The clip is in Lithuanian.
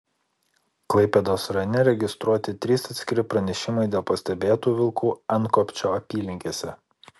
klaipėdos rajone registruoti trys atskiri pranešimai dėl pastebėtų vilkų antkopčio apylinkėse